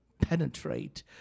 penetrate